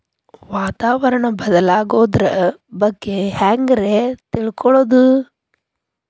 ವಾತಾವರಣ ಬದಲಾಗೊದ್ರ ಬಗ್ಗೆ ಹ್ಯಾಂಗ್ ರೇ ತಿಳ್ಕೊಳೋದು?